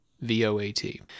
V-O-A-T